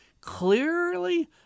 clearly